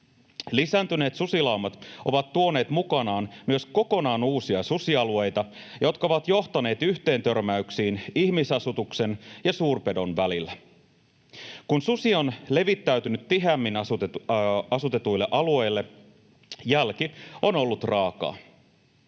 Lisääntyneet susilaumat ovat tuoneet mukanaan myös kokonaan uusia susialueita, jotka ovat johtaneet yhteentörmäyksiin ihmisasutuksen ja suurpedon välillä. Kun susi on levittäytynyt tiheämmin asutetuille alueille, jälki on ollut raakaa.